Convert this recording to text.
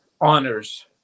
honors